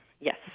yes